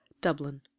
dublin